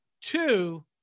Two